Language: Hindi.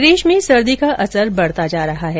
प्रदेश में सर्दी का असर बढ़ता ही जा रहा है